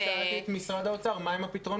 לכן שאלתי את אנשי משרד האוצר מה הם הפתרונות.